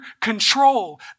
control